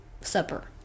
supper